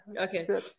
Okay